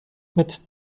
mit